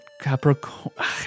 Capricorn